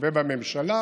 ובממשלה